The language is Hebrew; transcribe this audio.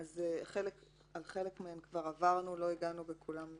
על חלק מהן כבר עברנו, ולא הגענו על כולן להסכמה.